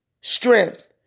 strength